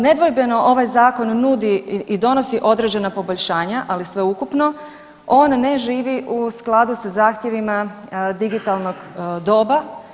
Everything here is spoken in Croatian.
Nedvojbeno ovaj zakon nudi i donosi određena poboljšanja, ali sveukupno on ne živi u skladu sa zahtjevima digitalnog doba.